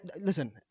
Listen